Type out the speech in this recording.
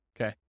Okay